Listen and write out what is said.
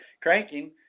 cranking